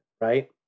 right